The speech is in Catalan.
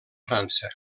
frança